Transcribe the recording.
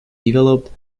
developed